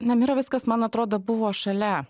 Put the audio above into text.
nemira viskas man atrodo buvo šalia